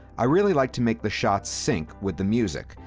i really like to make the shots sync with the music.